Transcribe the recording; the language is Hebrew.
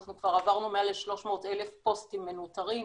אנחנו כבר עברנו מעל ל-300,000 פוסטים מנוטרים,